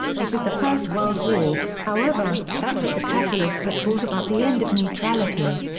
it was the first world war, however, that was the catalyst that brought about the end of neutrality.